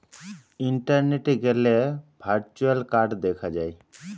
ইন্টারনেটে গ্যালে virtual card দেখা যায়